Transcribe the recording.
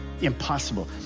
Impossible